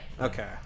Okay